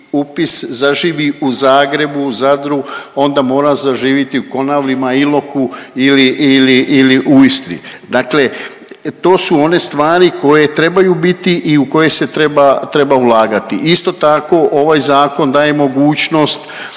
zaživi u Zagrebu, u Zadru onda mora zaživiti i u Konavlima, Iloku ili, ili, ili u Istri. Dakle to su one stvari koje trebaju biti i u koje se treba, treba ulagati. Isto tako ovaj zakon daje mogućnost,